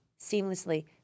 seamlessly